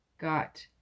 got